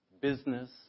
business